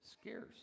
scarce